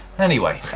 anyway,